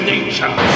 Nature